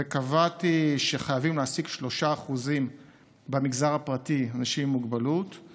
וקבעתי שחייבים להעסיק 3% של אנשים עם מוגבלות במגזר הפרטי.